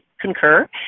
concur